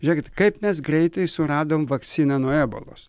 žiūrėkit kaip mes greitai suradom vakciną nuo ebolos